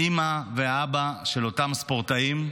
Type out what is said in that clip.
האימא והאבא של אותם ספורטאים,